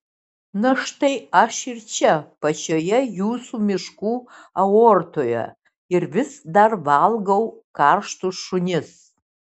na štai aš ir čia pačioje jūsų miškų aortoje ir vis dar valgau karštus šunis